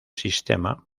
sistema